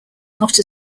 not